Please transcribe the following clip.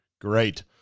Great